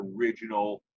original